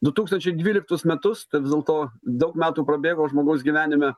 du tūkstančiai dvyliktus metus tai vis dėlto daug metų prabėgo žmogaus gyvenime